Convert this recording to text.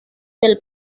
del